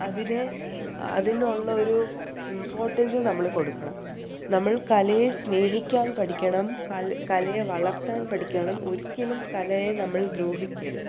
അതിനെ അതിനുള്ള ഒരു ഇമ്പോർട്ടൻസ് നമ്മൾ കൊടുക്കണം നമ്മൾ കലയെ സ്നേഹിക്കാൻ പഠിക്കണം കല കലയെ വളർത്താൻ പഠിക്കണം ഒരിക്കലും കലയെ നമ്മൾ ദ്രോഹിക്കരുത്